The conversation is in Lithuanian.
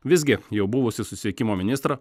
visgi jau buvusį susisiekimo ministrą